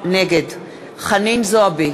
נגד חנין זועבי,